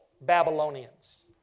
Babylonians